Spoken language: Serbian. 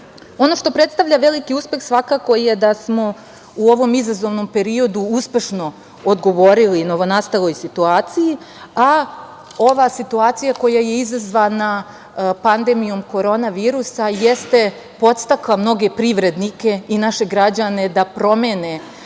što predstavlja veliki uspeh svakako je da smo u ovom izazovnom periodu uspešno odgovorili novonastaloj situaciji, a ova situacija koja je izazvana pandemijom korona virusa jeste podstakla mnoge privrednike i naše građane da promene